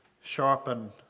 sharpen